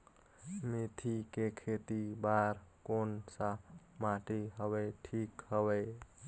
मेथी के खेती बार कोन सा माटी हवे ठीक हवे?